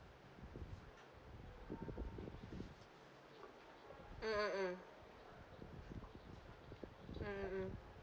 mm mm mm mm mm mm